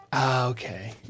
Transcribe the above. Okay